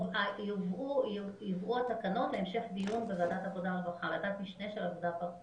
יובאו התקנות להמשך דיון בוועדת משנה של ועדת העבודה והרווחה.